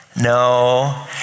No